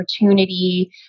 opportunity